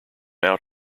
out